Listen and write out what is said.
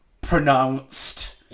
pronounced